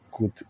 good